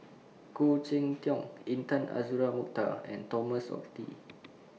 Khoo Cheng Tiong Intan Azura Mokhtar and Thomas Oxley